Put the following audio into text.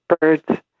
birds